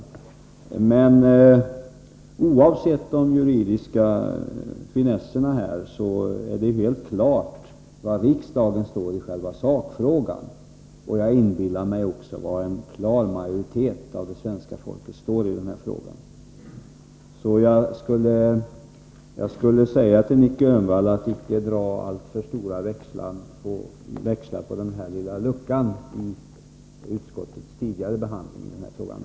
Men oavsett de juridiska finesserna är det helt klart var riksdagen står i själva sakfrågan och — föreställer jag mig — var en klar majoritet av det svenska folket står i den här frågan. Jag skulle vilja råda Nic Grönvall att icke dra alltför stora växlar på denna lilla lucka i utskottets tidigare behandling av frågan.